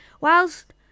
Whilst